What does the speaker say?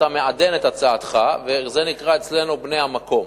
אתה מעדן את הצעתך, וזה נקרא אצלנו "בני המקום".